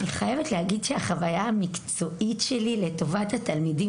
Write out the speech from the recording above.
אני חייבת להגיד שהחוויה המקצועית שלי לטובת התלמידים